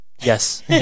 Yes